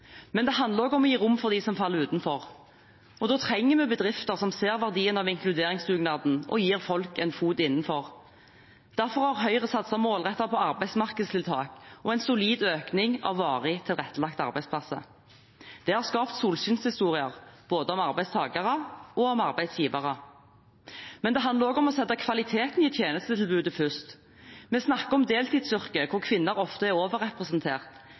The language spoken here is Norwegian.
Men det handler også om å gi rom for dem som faller utenfor. Da trenger vi bedrifter som ser verdien av inkluderingsdugnaden og gir folk en fot innenfor. Derfor har Høyre satset målrettet på arbeidsmarkedstiltak og en solid økning av varig tilrettelagte arbeidsplasser. Det har skapt solskinnshistorier, både om arbeidstakere og om arbeidsgivere. Det handler også om å sette kvaliteten i tjenestetilbudet først. Vi snakker om deltidsyrker, hvor kvinner ofte er overrepresentert.